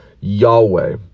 Yahweh